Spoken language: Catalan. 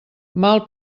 mal